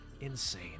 insane